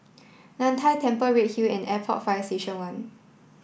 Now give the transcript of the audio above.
Nan Hai Temple Redhill and Airport Fire Station One